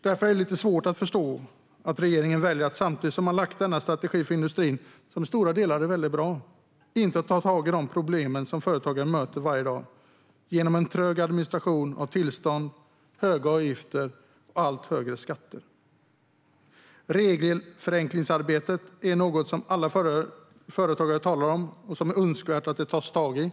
Därför är det lite svårt att förstå att regeringen väljer att, samtidigt som man har lagt fram denna strategi för industrin, som i stora delar är mycket bra, inte ta tag i de problem som företagare möter varje dag genom en trög administration av tillstånd, höga avgifter och allt högre skatter. Regelförenklingsarbetet är något som alla företagare talar om, och det är önskvärt att man tar tag i det.